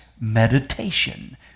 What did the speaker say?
meditation